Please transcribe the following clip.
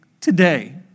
today